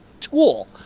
tool